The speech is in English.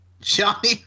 Johnny